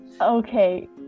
Okay